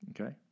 okay